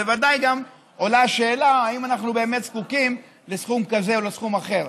בוודאי גם עולה השאלה: האם אנחנו באמת זקוקים לסכום כזה או לסכום אחר?